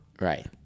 Right